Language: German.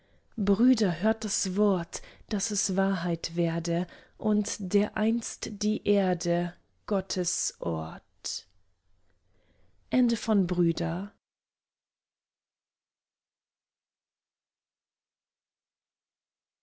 brüder hört das wort daß es wahrheit werde und dereinst die erde gottes